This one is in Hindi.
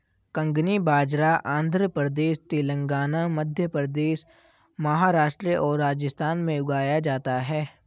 कंगनी बाजरा आंध्र प्रदेश, तेलंगाना, मध्य प्रदेश, महाराष्ट्र और राजस्थान में उगाया जाता है